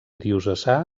diocesà